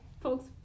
folks